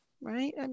right